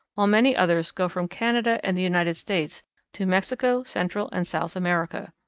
while many others go from canada and the united states to mexico, central and south america.